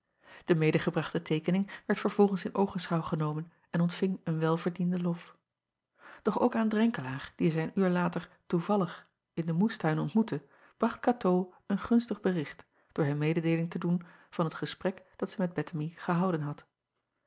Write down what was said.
e medegebrachte teekening werd vervolgens in oogenschouw genomen en ontving een welverdienden lof och ook aan renkelaer dien zij een uur later toevallig in den moestuin ontmoette bracht atoo een gunstig bericht door hem mededeeling te doen van het gesprek dat zij met ettemie gehouden had